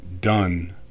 done